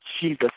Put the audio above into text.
Jesus